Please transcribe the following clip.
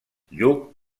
lluc